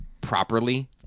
properly